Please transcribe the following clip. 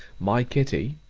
my kitty,